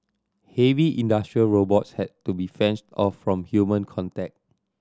heavy industrial robots had to be fenced off from human contact